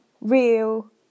real